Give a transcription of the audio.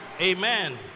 amen